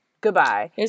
Goodbye